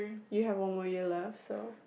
you have one more year left so